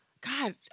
God